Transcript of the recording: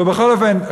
ובכל אופן,